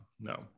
No